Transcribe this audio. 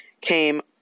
came